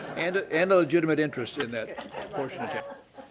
and a and legitimate interest in that portion.